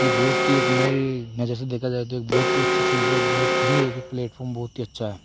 यह बहुत ही एक मेरी नज़र से देखा जाए तो एक बहुत ही अच्छी चीज़ है बहुत ही एक यह प्लेटफार्म बहुत ही अच्छा है